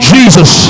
Jesus